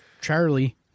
Charlie